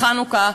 בחנוכה,